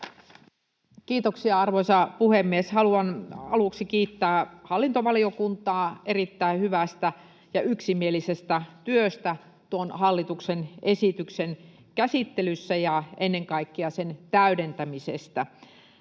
Kiitoksia, arvoisa puhemies! Haluan aluksi kiittää hallintovaliokuntaa erittäin hyvästä ja yksimielisestä työstä tuon hallituksen esityksen käsittelyssä ja ennen kaikkea sen täydentämisestä.